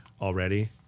already